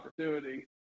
opportunity